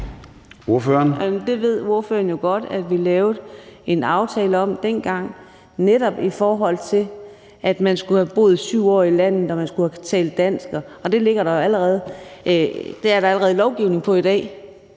Adsbøl (DD): Det ved ordføreren jo godt at vi lavede en aftale om dengang, netop i forhold til at man skulle have boet 7 år i landet og man skulle kunne tale dansk, og det er der allerede lovgivning om i dag.